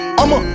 I'ma